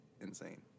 insane